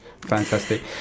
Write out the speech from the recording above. Fantastic